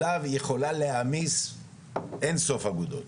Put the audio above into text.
עליו היא יכולה להעמיס אין סוף אגודות.